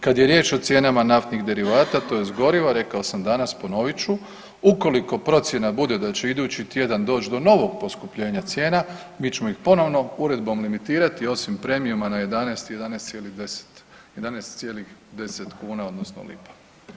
Kad je riječ o cijenama naftnih derivata tj. goriva rekao sam danas, ponovit ću, ukoliko procjena bude da će idući tjedan doć do novog poskupljenja cijena mi ćemo ih ponovno uredbom limitirati osim premijama na 11-11,10, 11,10 kuna odnosno lipa.